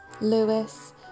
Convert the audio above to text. Lewis